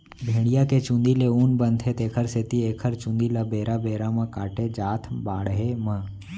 भेड़िया के चूंदी ले ऊन बनथे तेखर सेती एखर चूंदी ल बेरा बेरा म काटे जाथ बाड़हे म